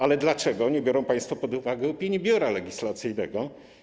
Ale dlaczego nie biorą państwo pod uwagę opinii Biura Legislacyjnego?